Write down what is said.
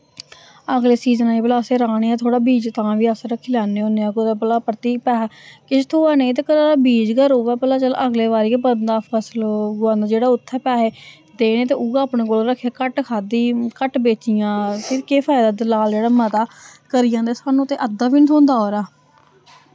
अगले सीजने गी भला असें राह्ने थोह्ड़ा बीज अस तां बी रक्खी लैने होन्ने आं कुतै भला परतियै पैहा किश थ्होए नेईं ते घरा दा बीज गै रोऐ भला चल अगले बारी गै बंदा फसल उगांदा जेह्ड़ा उत्थै पैहे देने ते उ'ऐ अपने कोल रक्खे घट्ट खाद्धी घट बेचियां फिर केह् फैदा दलाल जेह्ड़ा मता करी जन्दे सानू ते अद्धा बी नि थ्होंदा ओह्दा